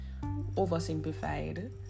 oversimplified